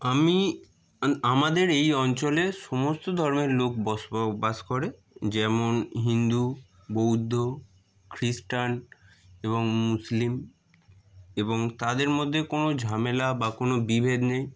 আমি আমাদের এই অঞ্চলে সমস্ত ধর্মের লোক বসবাস করে যেমন হিন্দু বৌদ্ধ খ্রিস্টান এবং মুসলিম এবং তাদের মধ্যে কোনো ঝামেলা বা কোনো বিভেদ নেই